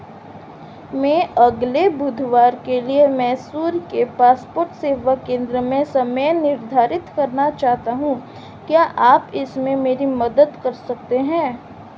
मैं अगले बुधवार के लिए मैसूर के पासपोर्ट सेवा केंद्र में समय निर्धारित करना चाहता हूँ क्या आप इसमें मेरी मदद कर सकते हैं